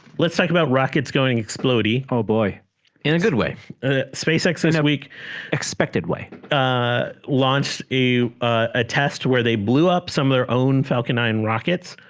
let's talk about rockets going exploding oh boy in a good way spacex is a weak expected way launched a a test where they blew up some of their own falcon nine rocket